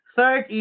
Third